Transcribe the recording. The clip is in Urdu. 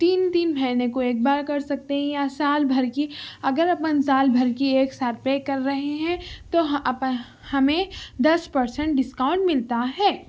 تین تین مہینے کو ایک بار کر سکتے ہیں یا سال بھر کی اگر اپن سال بھر کی ایک ساتھ پے کر رہے ہیں تو ہمیں دس پر سینٹ ڈسکاؤنٹ ملتا ہے